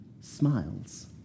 smiles